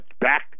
back